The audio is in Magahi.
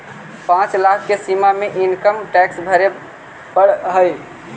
पाँच लाख के सीमा में इनकम टैक्स भरे पड़ऽ हई